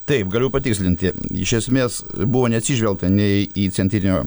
taip galiu patikslinti iš esmės buvo neatsižvelgta nei į centrinio